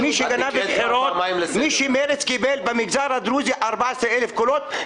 מרצ קיבלו במגזר הדרוזי 14,000 קולות?